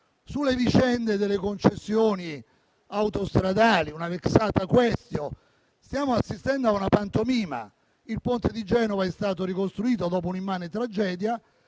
Sulle vicende delle concessioni autostradali (una *vexata* *quaestio*) stiamo assistendo a una pantomima. Il ponte di Genova è stato ricostruito dopo un'immane tragedia;